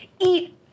eat